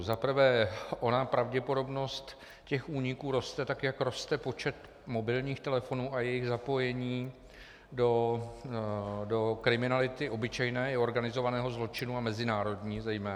Za prvé ona pravděpodobnost úniků roste tak, jak roste počet mobilních telefonů a jejich zapojení do kriminality obyčejné i organizovaného zločinu, a mezinárodního zejména.